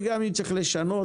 וגם אם צריך לשנות,